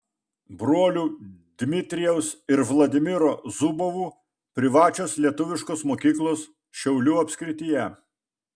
brolių dmitrijaus ir vladimiro zubovų privačios lietuviškos mokyklos šiaulių apskrityje